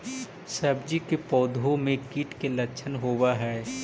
सब्जी के पौधो मे कीट के लच्छन होबहय?